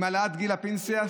בהעלאת גיל הפנסיה,